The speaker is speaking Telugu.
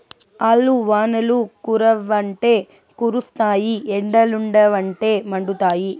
ఆల్లు వానలు కురవ్వంటే కురుస్తాయి ఎండలుండవంటే మండుతాయి